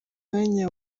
mwanya